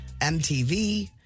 MTV